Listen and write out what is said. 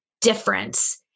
difference